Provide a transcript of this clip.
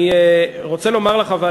אני רוצה לומר לך,